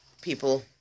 people